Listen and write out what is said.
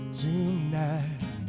tonight